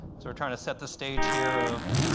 so we're trying to set the stage here of